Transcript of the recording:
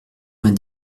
vingt